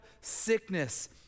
sickness